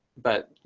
but, you